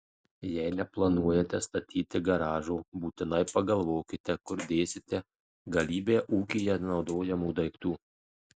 jei neplanuojate statyti garažo būtinai pagalvokite kur dėsite galybę ūkyje naudojamų daiktų